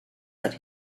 that